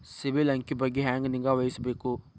ಸಿಬಿಲ್ ಅಂಕಿ ಬಗ್ಗೆ ಹೆಂಗ್ ನಿಗಾವಹಿಸಬೇಕು?